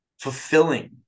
fulfilling